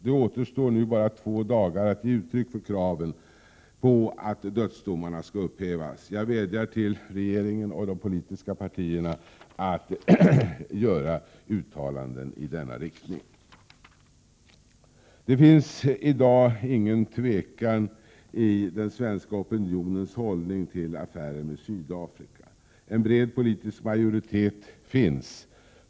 Det återstår nu bara två dagar när det gäller att ge uttryck för kraven på att dödsdomarna skall upphävas. Jag vädjar till regeringen och de politiska partierna att göra uttalanden i denna riktning. Det finns i dag ingen tvekan i den svenska opinionens hållning till affärer med Sydafrika. Det finns alltså en bred politisk majoritet.